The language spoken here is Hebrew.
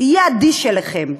יהיה אדיש אליכם.